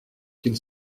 qu’il